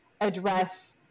address